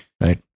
Right